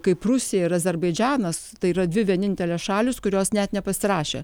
kaip rusija ir azerbaidžanas tai yra dvi vienintelės šalys kurios net nepasirašė